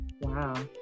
Wow